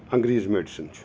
انٛگریٖز medicine چھِ